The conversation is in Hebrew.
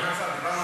מה?